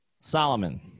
Solomon